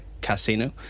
Casino